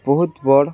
ବହୁତ୍ ବଡ଼୍